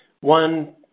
One